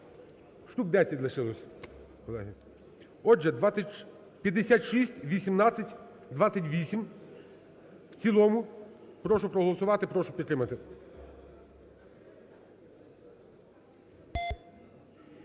штук 10 лишилось, колеги. Отже, 5618-28 в цілому. Прошу проголосувати, прошу підтримати.